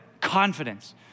confidence